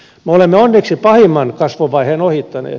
me olemme onneksi pahimman kasvuvaiheen ohittaneet